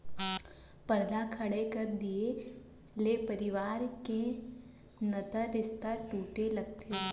परदा खड़ा कर दिये ले परवार के नता रिस्ता टूटे लगथे